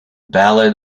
ballad